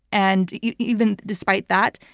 and even despite that,